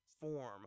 form